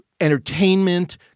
entertainment